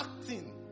acting